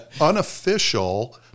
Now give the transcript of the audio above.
unofficial